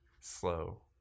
slow